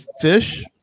fish